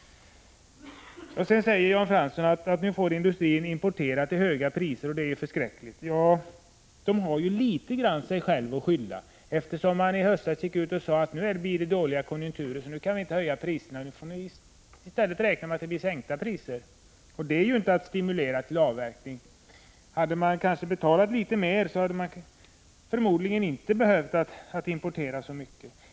Jan Fransson säger att industrin nu får importera till höga priser och att det är förskräckligt. Men litet grand har industrin sig själv att skylla, eftersom man i höstas gick ut och sade: Nu blir det dåliga konjunkturer, så nu kan vi inte höja priserna — nu får ni i stället räkna med att det blir sänkta priser. Det är ju inte att stimulera avverkning! Hade man betalat litet mer hade man förmodligen inte behövt importera så mycket.